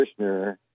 Kushner